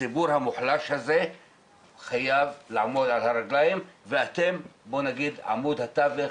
הציבור המוחלש הזה חייב לעמוד על הרגליים ואתם עמוד התווך